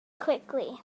quickly